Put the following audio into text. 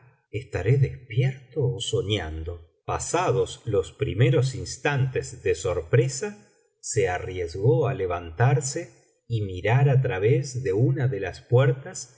estaré despierto ó sonando pasados los primeros instantes de sorpresa se arriesgó á levantarse y mirar á través de una de las puertas